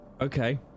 Okay